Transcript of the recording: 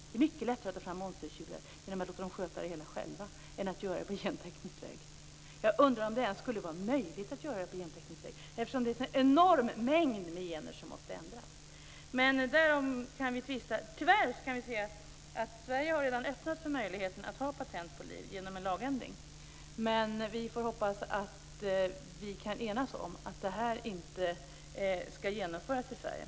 Det är mycket lättare att ta fram monstertjurar genom att låta dem sköta det hela själva än att göra det på genteknisk väg. Jag undrar om det ens skulle vara möjligt att göra det på genteknisk väg eftersom det är en sådan enorm mängd gener som måste ändras. Därom kan vi tvista. Tyvärr har Sverige redan genom en lagändring öppnat för möjligheten att ta patent på liv. Men vi får hoppas att vi kan enas om att detta inte skall genomföras i Sverige.